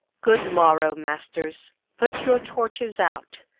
good morrow, masters put your torches out.